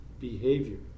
behavior